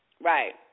Right